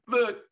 Look